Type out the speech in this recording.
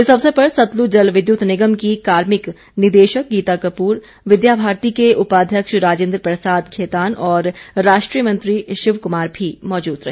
इस अवसर पर सतलुज जल विद्युत निगम की कार्मिक निदेशक गीता कपूर विद्या भारती के उपाध्यक्ष राजेन्द्र प्रसाद खेतान और राष्ट्रीय मंत्री शिव कुमार भी मौजूद रहे